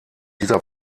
dieser